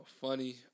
funny